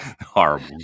horrible